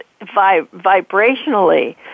vibrationally